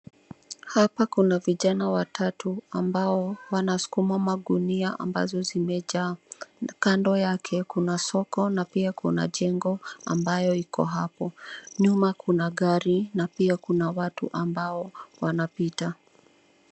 Hapa kuna vijana watatu ambao wanaskuma magunia ambazo zimejaa. Kando yake kuna soko na pia kuna jengo ambayo iko hapo. Nyuma kuna gari na pia kuna watu ambao wanapita.